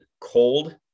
cold